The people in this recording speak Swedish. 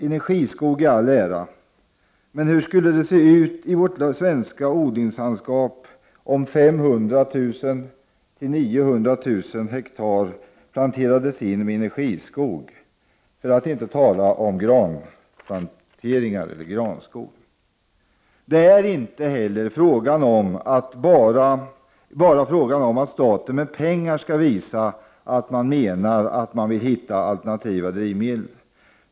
Energiskog i all ära, men hur skulle det se ut i vårt svenska odlingslandskap om 500 000-900 000 hektar planterades in med energiskog, för att inte tala om granskogar! Här är det inte heller bara fråga om att staten med pengar skall visa att man menar allvar med att försöka hitta alternativa drivmedel.